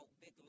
big